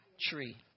tree